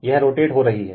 यह रोटेट हो रही हैं